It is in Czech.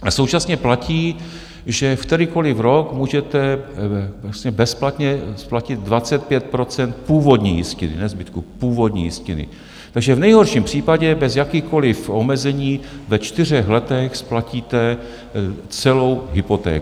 A současně platí, že v kterýkoliv rok můžete vlastně bezplatně splatit 25 % původní jistiny ne zbytku, původní jistiny, takže v nejhorším případě bez jakýchkoliv omezení ve čtyřech letech splatíte celou hypotéku.